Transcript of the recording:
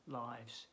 lives